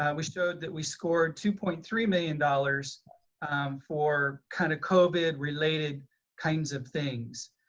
we showed that we score two point three million dollars for kind of covid related kinds of things.